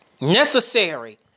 necessary